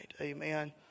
Amen